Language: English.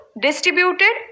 distributed